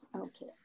Okay